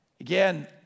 Again